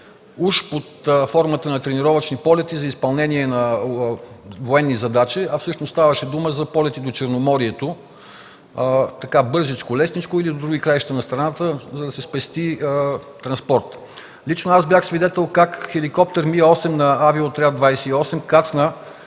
уж под формата на тренировъчни полети за изпълнение на военни задачи, а всъщност ставаше дума за полети до Черноморието – бързичко, лесничко, или до други краища на страната, за да се спести транспорт. Лично аз бях свидетел как хеликоптер „Ми-8” на „Авиоотряд 28” кацна